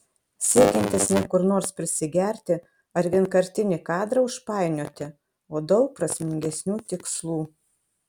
siekiantis ne kur nors prisigerti ar vienkartinį kadrą užpainioti o daug prasmingesnių tikslų